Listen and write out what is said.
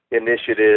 initiative